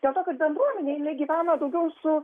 dėl to kad bendruomenė jinai gyvena daugiau su